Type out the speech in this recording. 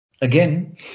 again